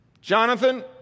Jonathan